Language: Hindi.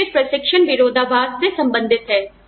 यह फिर प्रशिक्षण विरोधाभासट्रेनिंग पैराडॉक्स से संबंधित है